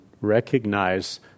recognize